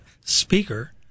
speaker